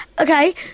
Okay